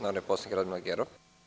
Narodni poslanik Radmila Gerov.